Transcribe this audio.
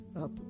up